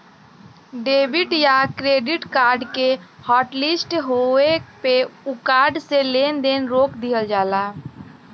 debit या credit card के hotlist होये पे उ कार्ड से लेन देन रोक दिहल जाला